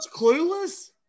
Clueless